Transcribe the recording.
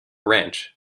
ranch